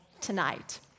tonight